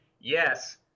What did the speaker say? yes